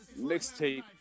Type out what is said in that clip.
mixtape